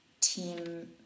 Team